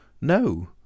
No